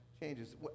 changes